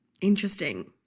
Interesting